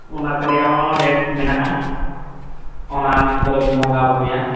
ᱚᱱᱟᱠᱚ ᱨᱮᱭᱟᱜᱦᱚᱸ ᱰᱮᱴ ᱢᱮᱱᱟᱜᱼᱟ ᱚᱱᱟ ᱫᱤᱱ ᱠᱚᱨᱮᱵᱚᱱ ᱵᱚᱸᱜᱟ ᱵᱩᱨᱩᱭᱟ